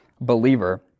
believer